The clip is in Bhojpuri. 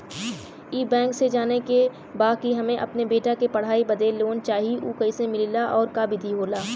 ई बैंक से जाने के बा की हमे अपने बेटा के पढ़ाई बदे लोन चाही ऊ कैसे मिलेला और का विधि होला?